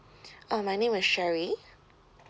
uh my name is sherry